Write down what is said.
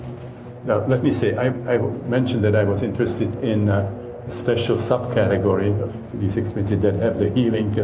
let me say i mentioned that i was interested in a special sub-category of these experiences that have the healing